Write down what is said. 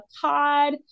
pod